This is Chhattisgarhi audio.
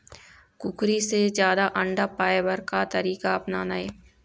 कुकरी से जादा अंडा पाय बर का तरीका अपनाना ये?